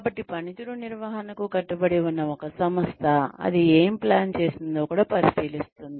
కాబట్టి పనితీరు నిర్వహణకు కట్టుబడి ఉన్న ఒక సంస్థ అది ఏమి ప్లాన్ చేసిందో కూడా పరిశీలిస్తుంది